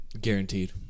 Guaranteed